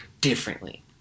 differently